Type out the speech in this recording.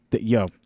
Yo